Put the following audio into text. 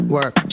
Work